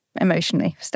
emotionally